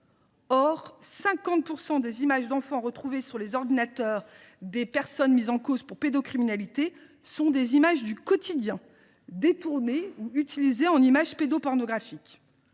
Or 50 % des images d’enfants retrouvées sur les ordinateurs des personnes mises en cause pour pédocriminalité sont des images du quotidien, détournées ou utilisées en images pédopornographiques